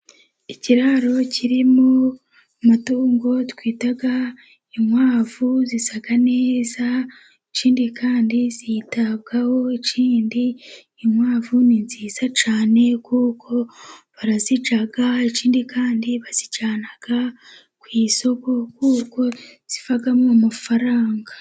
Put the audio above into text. Ikiraro kirimo amatungo twita inkwavu, zisa neza, ikindi kandi zitabwaho, ikindi inkwavu ni nziza cyane, kuko barazirya, ikindi kandi bazijyana ku isoko, kuko zivamo amafaranga.